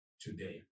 today